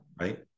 Right